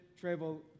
travel